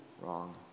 Wrong